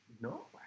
No